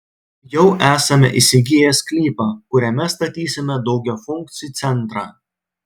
jau esame įsigiję sklypą kuriame statysime daugiafunkcį centrą